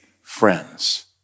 friends